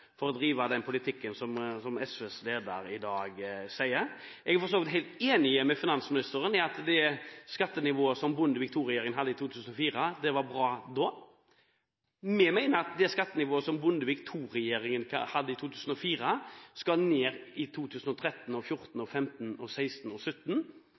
for å drive den politikken som SVs leder i dag sier de skal. Jeg er for så vidt helt enig med finansministeren i at det skattenivået som Bondevik II-regjeringen hadde i 2004, var bra da. Vi mener at det skattenivået som Bondevik II-regjeringen hadde i 2004, skal ned i 2014, 2015, 2016 og